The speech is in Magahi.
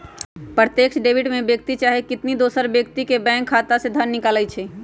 प्रत्यक्ष डेबिट में व्यक्ति चाहे कंपनी दोसर व्यक्ति के बैंक खता से धन निकालइ छै